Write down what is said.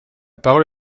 parole